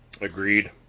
agreed